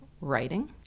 writing